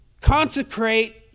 consecrate